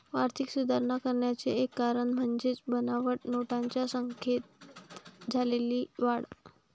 आर्थिक सुधारणा करण्याचे एक कारण म्हणजे बनावट नोटांच्या संख्येत झालेली वाढ